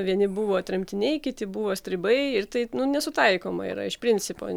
vieni buvo tremtiniai kiti buvo stribai ir tai nesutaikoma yra iš principo